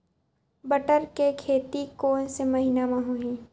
बटर के खेती कोन से महिना म होही?